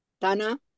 Tana